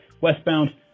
westbound